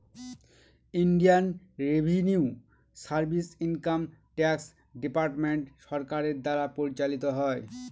Indian revenue service income tax department সরকারের দ্বারা পরিচালিত হয়